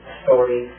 story